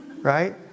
Right